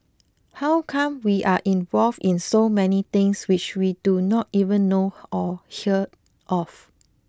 how come we are involved in so many things which we do not even know or hear of